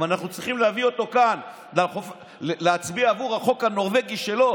אם אנחנו צריכים להביא אותו לכאן להצביע בעבור החוק הנורבגי שלו,